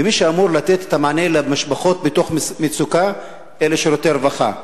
ומי שאמור לתת את המענה למשפחות במצוקה אלה שירותי הרווחה.